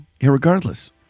Irregardless